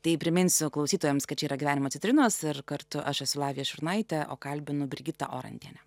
tai priminsiu klausytojams kad čia yra gyvenimo citrinos ir kartu aš esu lavija šiurnaitė o kalbinu brigitą orentienę